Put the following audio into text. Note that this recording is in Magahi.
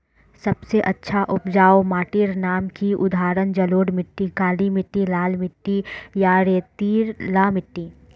सबसे अच्छा उपजाऊ माटिर नाम की उदाहरण जलोढ़ मिट्टी, काली मिटटी, लाल मिटटी या रेतीला मिट्टी?